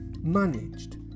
managed